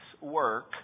work